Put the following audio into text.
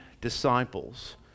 disciples